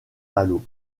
malo